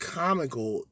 comical